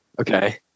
Okay